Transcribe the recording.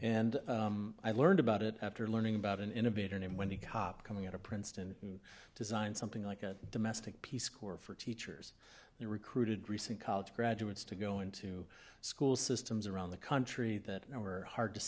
and i learned about it after learning about an innovator named wendy kopp coming out of princeton who designed something like a domestic peace corps for teachers they recruited recent college graduates to go into school systems around the country that were hard to